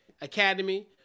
Academy